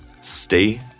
stay